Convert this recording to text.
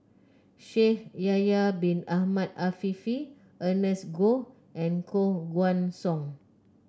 Shaikh Yahya Bin Ahmed Afifi Ernest Goh and Koh Guan Song